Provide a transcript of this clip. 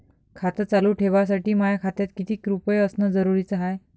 खातं चालू ठेवासाठी माया खात्यात कितीक रुपये असनं जरुरीच हाय?